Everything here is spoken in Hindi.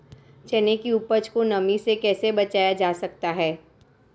चने की उपज को नमी से कैसे बचाया जा सकता है?